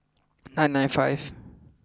nine nine five